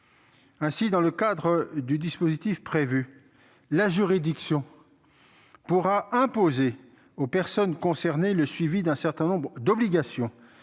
Ainsi, dans le cadre du dispositif prévu, la juridiction pourra imposer aux personnes concernées le suivi d'un certain nombre d'obligations